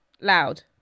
Loud